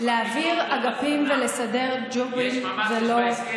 להעביר אגפים ולסדר ג'ובים זה לא, לא,